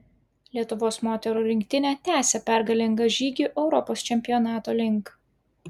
lietuvos moterų rinktinė tęsia pergalingą žygį europos čempionato link